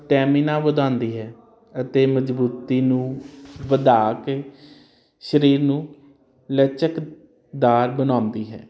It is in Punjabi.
ਸਟੈਮੀਨਾ ਵਧਾਂਦੀ ਹੈ ਅਤੇ ਮਜਬੂਤੀ ਨੂੰ ਵਧਾ ਕੇ ਸਰੀਰ ਨੂੰ ਲਚਕਦਾਰ ਬਣਾਉਂਦੀ ਹੈ